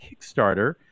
Kickstarter